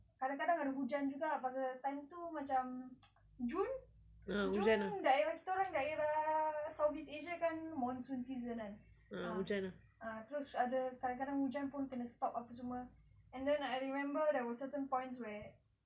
kadang-kadang ada hujan juga pasal time tu macam june june daerah kita orang daerah southeast asia kan monsoon season kan ah ah terus ada kadang-kadang hujan pun kena stop apa semua and then I remember there were certain point where